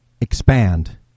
expand